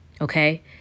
Okay